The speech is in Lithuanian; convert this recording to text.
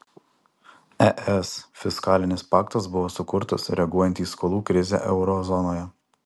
es fiskalinis paktas buvo sukurtas reaguojant į skolų krizę euro zonoje